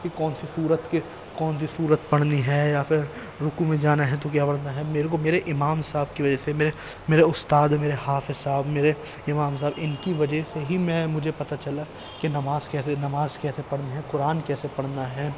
کہ کون سی صورۃ کہ کون سی صورۃ پڑھنی ہے یا پھر رکوع میں جانا ہے تو کیا پڑھنا ہے میرے کو میرے امام صاحب کی وجہ سے میرے میرے استاد میرے حافظ صاحب میرے امام صاحب ان کی وجہ سے ہی میں مجھے پتہ چلا کہ نماز کیسے نماز کیسے پڑھنی ہے قرآن کیسے پڑھنا ہے